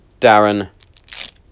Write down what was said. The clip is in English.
Darren